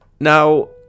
now